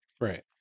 Right